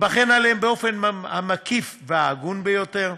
ייבחן עליו באופן המקיף וההגון ביותר,